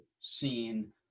seen